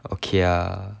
okay ah